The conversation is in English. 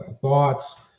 thoughts